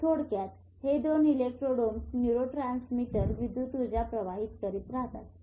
तरथोडक्यात हे दोन इलेक्ट्रोड्समध्ये न्यूरोट्रांसमीटर विद्युत ऊर्जा प्रवाहित करतात